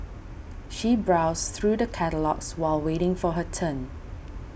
she browsed through the catalogues while waiting for her turn